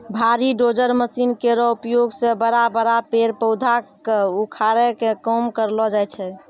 भारी dozer machine केरो उपयोग सें बड़ा बड़ा पेड़ पौधा क उखाड़े के काम करलो जाय छै